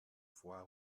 voie